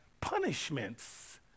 punishments